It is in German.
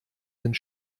sind